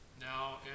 now